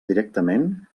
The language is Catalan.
directament